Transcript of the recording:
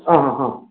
ಹಾಂ ಹಾಂ ಹಾಂ